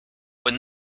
when